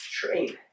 Train